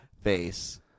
face